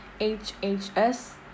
hhs